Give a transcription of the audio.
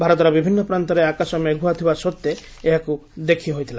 ଭାରତର ବିଭିନ୍ନ ପ୍ରାନ୍ତରେ ଆକାଶ ମେଘୁଆ ଥିବା ସତ୍ତ୍ୱେ ଏହାକୁ ଦେଖି ହୋଇଥିଲା